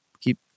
keep